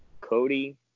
Cody